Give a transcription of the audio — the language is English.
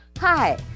Hi